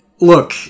Look